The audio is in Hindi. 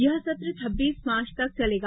यह सत्र छब्बीस मार्च तक चलेगा